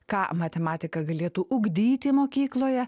ką matematika galėtų ugdyti mokykloje